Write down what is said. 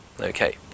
Okay